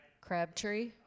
Crabtree